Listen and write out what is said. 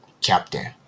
captain